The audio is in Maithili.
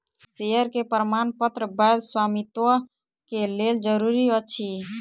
शेयर के प्रमाणपत्र वैध स्वामित्व के लेल जरूरी अछि